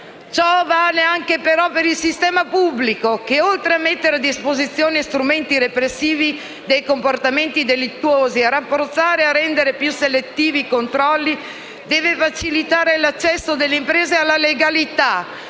Ciò vale però anche per il sistema pubblico che, oltre a mettere a disposizione strumenti repressivi dei comportamenti delittuosi e a rafforzare e a rendere più selettivi i controlli, deve facilitare l'accesso delle imprese alla legalità,